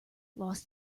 lost